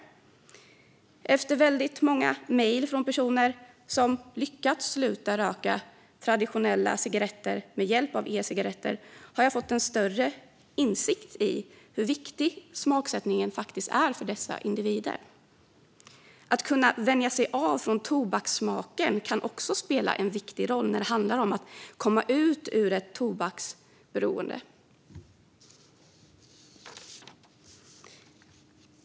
Efter att ha läst väldigt många mejl från personer som har lyckats sluta röka traditionella cigaretter med hjälp av e-cigaretter har jag fått en större insikt i hur viktig smaksättningen faktiskt är för dessa individer. Att kunna avvänja sig från tobakssmaken kan också spela en viktig roll när det handlar om att komma ut ur ett tobaksberoende.